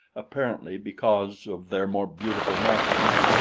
apparently because of their more beautiful markings,